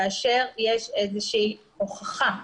כאשר יש איזושהי הוכחה.